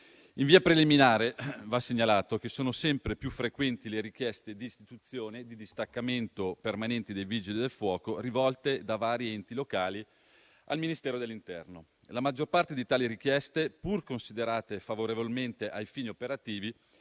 In via preliminare, va segnalato che sono sempre più frequenti le richieste di istituzione di distaccamenti permanenti dei Vigili del fuoco rivolte da vari enti locali al Ministero dell'interno. La maggior parte di tali richieste, pur considerate favorevolmente ai fini operativi,